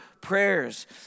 prayers